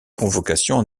convocations